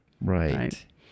Right